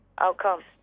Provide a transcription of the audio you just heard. outcomes